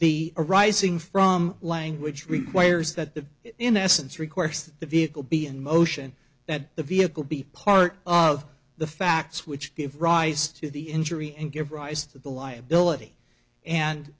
arising from language requires that the in essence request the vehicle be in motion that the vehicle be part of the facts which give rise to the injury and give rise to the liability and